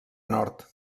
nord